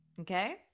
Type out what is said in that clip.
okay